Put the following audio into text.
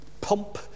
pump